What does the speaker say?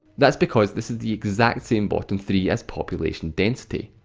that's because this is the exact same bottom three as population density.